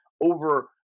over